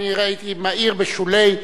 הייתי מעיר בשוליים,